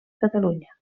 catalunya